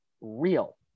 real